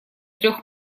трех